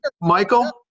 Michael